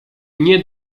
nie